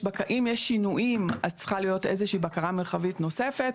אם יש שינויים אז צריכה להיות איזה שהיא בקרה מרחבית נוספת,